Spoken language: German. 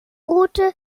route